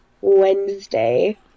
Wednesday